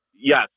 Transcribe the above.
Yes